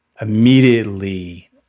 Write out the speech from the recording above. immediately